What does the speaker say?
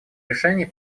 решений